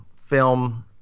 film